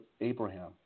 Abraham